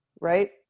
right